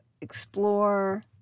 explore